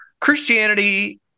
christianity